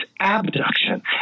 abduction